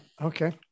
Okay